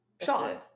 Sean